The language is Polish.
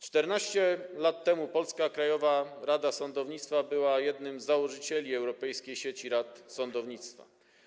14 lat temu polska Krajowa Rada Sądownictwa była jednym z założycieli Europejskiej Sieci Rad Sądownictwa.